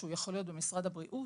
שהוא יכול להיות במשרד הבריאות,